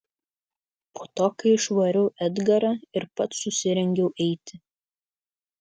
po to kai išvariau edgarą ir pats susirengiau eiti